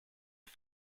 est